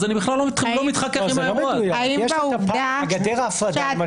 אז אני בכלל לא מתחכך עם ה- -- בגדר ההפרדה למשל